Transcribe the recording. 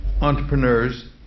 entrepreneurs